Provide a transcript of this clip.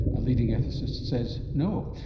a leading ethicist says no.